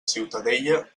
ciutadella